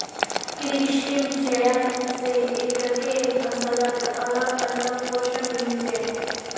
कृत्रिम चयन स एकके फसलत अलग अलग पोषण मिल छे